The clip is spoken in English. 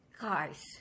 guys